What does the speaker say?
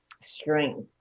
strength